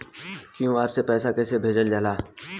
QR से पैसा कैसे भेजल जाला?